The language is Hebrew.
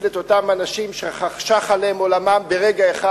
את אותם אנשים שחשך עליהם עולמם ברגע אחד,